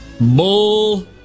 bull